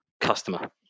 customer